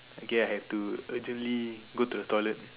okay I have to urgently go to the toilet